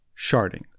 Sharding